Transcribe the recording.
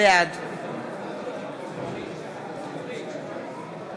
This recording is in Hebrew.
בעד